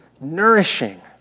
nourishing